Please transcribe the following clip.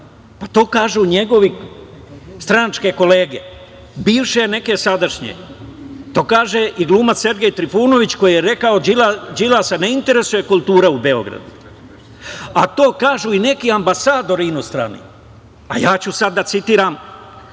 ja. To kažu njegove stranačke kolege, bivše, a neke i sadašnje. To kaže i glumac Sergej Trifunović koji je rekao Đilasa ne interesuje kultura u Beogradu, a to kažu i neki ambasadori inostrani. Ja ću sada da citiram